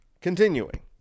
Continuing